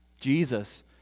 Jesus